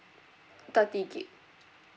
thirty gig